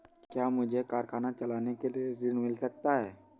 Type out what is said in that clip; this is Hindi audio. क्या मुझे कारखाना चलाने के लिए ऋण मिल सकता है?